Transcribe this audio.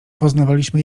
poznawaliśmy